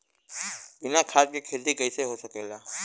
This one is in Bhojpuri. बिना खाद के खेती कइसे हो सकेला?